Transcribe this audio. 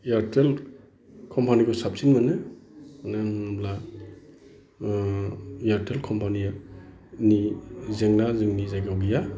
Airtel कम्पानिखौ साबसिन मोनो मानो होनोब्ला एरटेल कम्पानिया नि जेंना जोंनि जायगायाव गैया